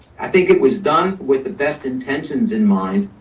i think it was done with the best intentions in mind.